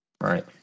Right